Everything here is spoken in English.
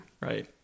right